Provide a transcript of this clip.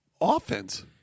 offense